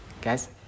guys